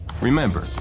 Remember